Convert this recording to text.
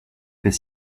fait